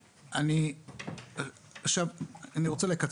היושב-ראש, אני רוצה לומר